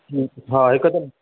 ठीकु हा हिक त